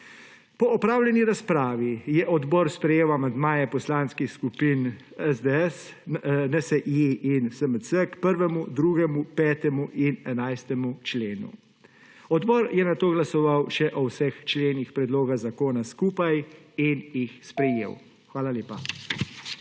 Po opravljeni razpravi je odbor s sprejel amandmaje poslanskih skupin SDS, NSi in SMC k 1., 2., 5. in 11. členu. Odbor je nato glasoval še o vseh členih predloga zakona skupaj in jih sprejel. Hvala lepa.